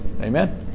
Amen